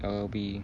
I'll be